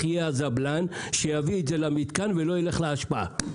יהיה הזבלן שיביא את הבקבוק למתקן ולא ילך לאשפה.